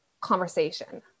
conversation